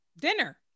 Dinner